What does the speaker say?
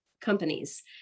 companies